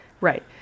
right